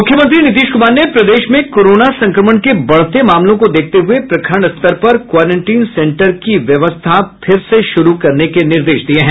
मुख्यमंत्री नीतीश कुमार ने प्रदेश में कोरोना संक्रमण के बढ़ते मामलों को देखते हुए प्रखंड स्तर पर क्वारेंटिन सेंटर की व्यवस्था करने के निर्देश दिये हैं